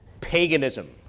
paganism